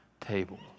table